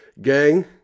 gang